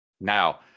now